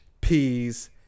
peas